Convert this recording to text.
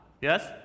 Yes